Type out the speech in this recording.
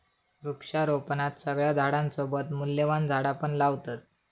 वृक्षारोपणात सगळ्या झाडांसोबत मूल्यवान झाडा पण लावतत